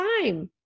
time